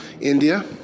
India